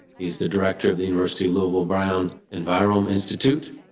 he's the director of the university louisville brown and viral minced it oot.